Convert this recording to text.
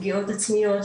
פגיעות עצמיות,